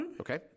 Okay